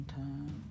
time